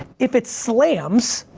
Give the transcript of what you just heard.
if it slams,